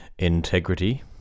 Integrity